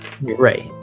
Right